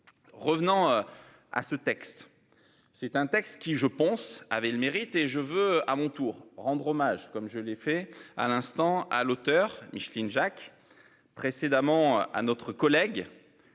Revenant à ce texte. C'est un texte qui je pense avait le mérite et je veux à mon tour rendre hommage, comme je l'ai fait à l'instant à l'auteur Micheline Jacques précédemment à notre collègue.